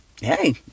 hey